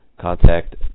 contact